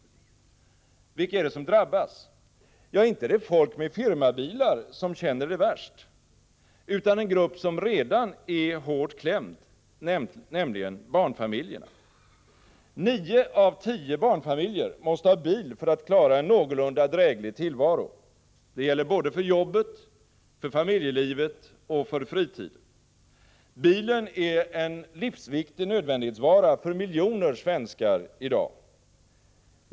Vilka är det som drabbas? Ja, inte är det folk med firmabilar som känner det värst, utan en grupp som redan är hårt klämd, nämligen barnfamiljerna. Nio av tio barnfamiljer måste ha bil för att klara en någorlunda dräglig tillvaro. Det gäller både för jobbet, för familjelivet och för fritiden. Bilen är en livsviktig nödvändighetsvara för miljoner svenskar i dag.